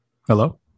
Hello